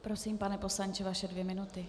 Prosím, pane poslanče, vaše dvě minuty.